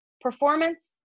Performance